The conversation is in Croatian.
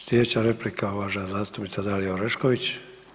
Slijedeća replika uvažena zastupnica Dalija Orešković.